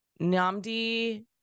Namdi